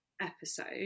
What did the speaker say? episode